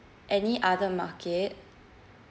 any other market